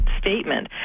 statement